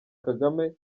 kagame